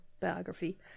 Biography